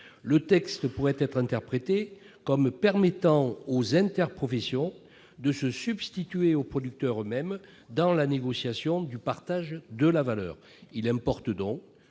le texte pourrait être interprété comme permettant aux interprofessions de se substituer aux producteurs eux-mêmes dans la négociation du partage de la valeur. Il importe donc